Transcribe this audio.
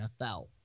NFL